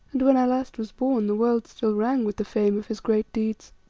and when i last was born the world still rang with the fame of his great deeds.